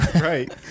right